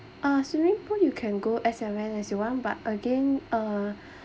uh swimming pool you can go as well as you want but again uh